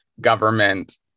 government